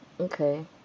Okay